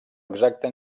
exacta